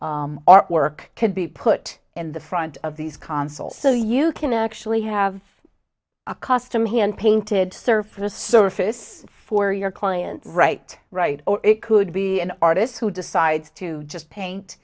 of artwork can be put in the front of these console so you can actually have a custom hand painted surface surface for your client right right or it could be an artist who decides to just paint